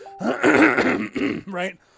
Right